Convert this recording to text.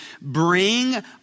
bring